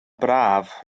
braf